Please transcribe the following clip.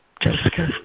Jessica